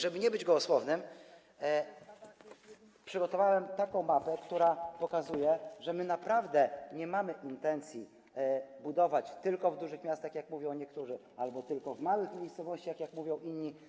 Żeby nie być gołosłownym, przygotowałem taką mapę, która pokazuje, że naprawdę nie mamy intencji budować tylko w dużych miastach, jak mówią niektórzy, albo tylko w małych miejscowościach, jak mówią inni.